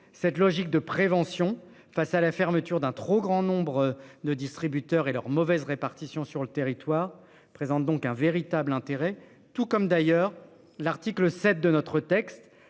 Cette logique de prévention face à la fermeture d'un trop grand nombre de distributeurs et leur mauvaise répartition sur le territoire présente donc un véritable intérêt tout comme d'ailleurs l'article 7 de notre texte,